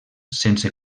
sense